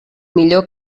millor